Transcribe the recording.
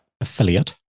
affiliate